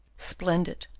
splendid,